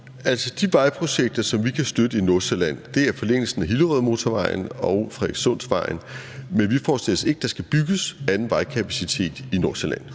Altså, de vejprojekter, som vi kan støtte i Nordsjælland, er forlængelsen af Hillerødmotorvejen og Frederikssundsvejen. Men vi forestiller os ikke, at der skal bygges anden vejkapacitet i Nordsjælland.